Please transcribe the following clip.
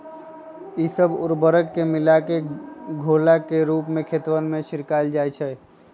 ई सब उर्वरक के मिलाकर घोला के रूप में खेतवन में छिड़कल जाहई